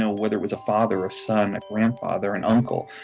ah whether it was a father, a son, a grandfather, and uncle,